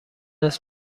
است